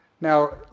Now